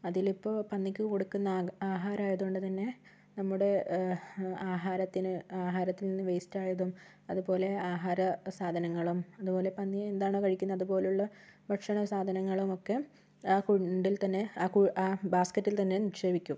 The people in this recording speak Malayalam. അതിലിപ്പോൾ പന്നിക്ക് കൊടുക്കുന്ന ആഹാരം ആയതുകൊണ്ട് തന്നെ നമ്മുടെ ആഹാരത്തിന് ആഹാരത്തിൽനിന്ന് വേസ്റ്റ് ആയതും അതുപോലെ ആഹാരസാധങ്ങളും അതുപോലെ പന്നി എന്താണോ കഴിക്കുന്നത് അതുപോലുള്ള ഭക്ഷണസാധനങ്ങളും ഒക്കെ ആ കൂണ്ടിൽത്തന്നെ ആ ബാസ്കറ്റിൽ തന്നെ നിക്ഷേപിക്കും